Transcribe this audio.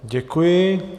Děkuji.